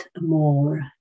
more